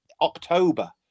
october